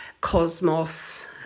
cosmos